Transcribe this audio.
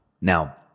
now